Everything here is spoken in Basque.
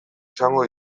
izango